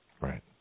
Right